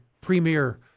premier